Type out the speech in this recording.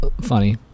funny